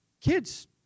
kids